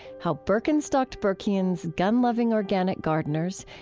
how birkenstocked burkeans, gun-loving organic gardeners,